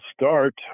start